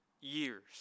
years